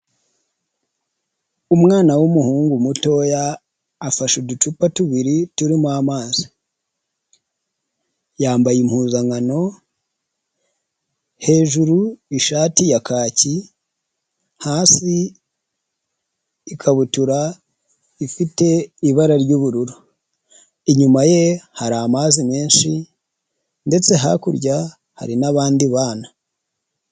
Umwana w'umuhungu mutoya afashe uducupa tubiri turimo amazi; yambaye impuzankano, hejuru ishati ya kacyi, hasi ikabutura ifite ibara ry'ubururu; inyuma ye hari amazi menshi ndetse hakurya hari n'abandi bana.